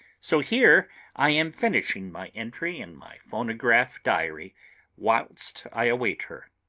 so here i am finishing my entry in my phonograph diary whilst i await her.